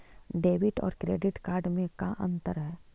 Debit और credit card में का अंतर है?